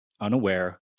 unaware